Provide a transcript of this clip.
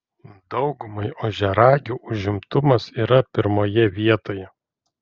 daugumai ožiaragių užimtumas yra pirmoje vietoje